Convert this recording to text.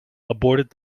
aborted